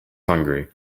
hungry